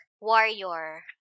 warrior